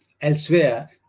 elsewhere